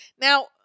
Now